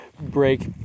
break